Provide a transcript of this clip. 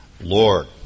Lord